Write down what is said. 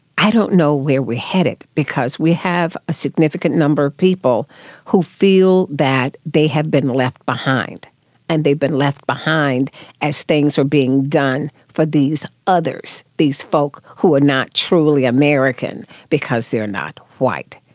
i don't know where we are headed, because we have a significant number of people who feel that they have been left behind and they've been left behind as things are being done for these others, these folk who are not truly american because they are not white.